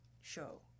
show